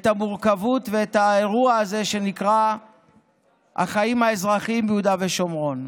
את המורכבות ואת האירוע הזה שנקרא החיים האזרחיים ביהודה ושומרון.